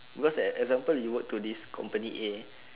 because an example you work to this company A